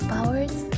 Powers